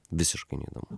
visiškai neįdomu